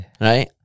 right